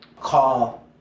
call